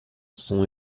son